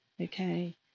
okay